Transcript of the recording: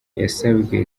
yasavye